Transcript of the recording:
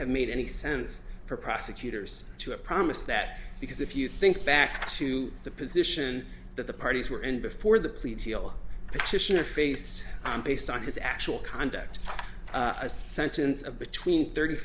have made any sense for prosecutors to a promise that because if you think back to the position that the parties were in before the plea deal interface based on his actual conduct a sentence of between thirty